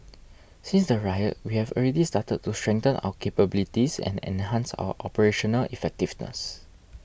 since the riot we have already started to strengthen our capabilities and enhance our operational effectiveness